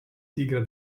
tigre